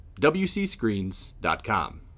WcScreens.com